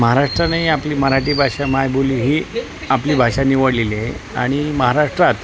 महाराष्ट्रानेही आपली मराठी भाषा मायबोली ही आपली भाषा निवडलेली आहे आणि महाराष्ट्रात